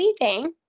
leaving